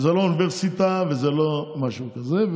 זה לא אוניברסיטה וזה לא משהו כזה.